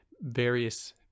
various